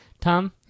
Tom